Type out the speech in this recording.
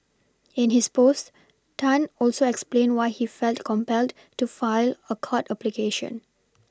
in his post Tan also explained why he felt compelled to file a court application